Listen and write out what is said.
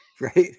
right